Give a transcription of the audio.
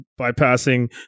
bypassing